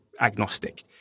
agnostic